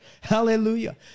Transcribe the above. Hallelujah